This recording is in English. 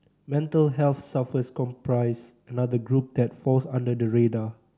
mental health sufferers comprise another group that falls under the radar